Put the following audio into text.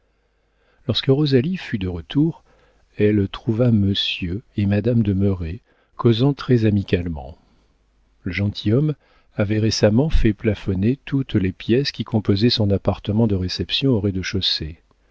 lorsque rosalie fut de retour elle trouva monsieur et madame de merret causant très amicalement le gentilhomme avait récemment fait plafonner toutes les pièces qui composaient son appartement de réception au rez-de-chaussée